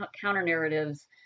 counter-narratives